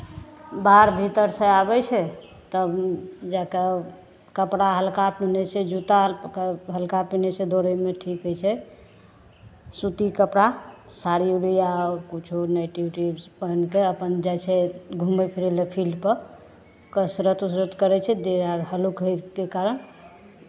बाहर भीतरसँ आबै छै तब जाय कऽ कपड़ा हल्का पिन्है छै जूता हल्का हल्का पिन्है छै दौड़यमे ठीक होइ छै सूती कपड़ा साड़ी उड़ी या किछो नाइटी उटी पहिन कऽ अपन जाइ छै घुमय फिरय लए फिल्डपर कसरत उसरत करै छै देह हाथ हल्लुक होयके कारण